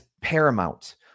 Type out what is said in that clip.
paramount